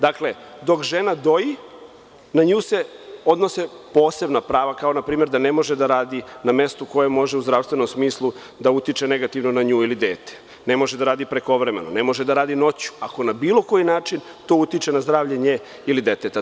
Dakle, dok žena doji, na nju se odnose posebna prava – da ne može da radi na mestu koje može u zdravstvenom smislu da utiče negativno na nju ili dete, ne može da radi prekovremeno, ne može da radi noću, ako na bilo koji način to utiče na zdravlje nje ili deteta.